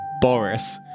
Boris